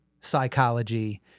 psychology